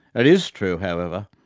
it is true, however,